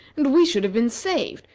and we should have been saved.